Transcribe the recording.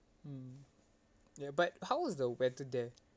mm ya but how's the weather there